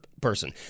person